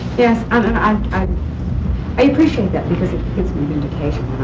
yes, and and ah um i appreciate that because it gives me the indication